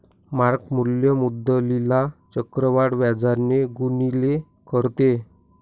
mark मूल्य मुद्दलीला चक्रवाढ व्याजाने गुणिले करते